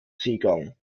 seegang